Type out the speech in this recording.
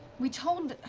we told